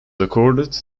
accorded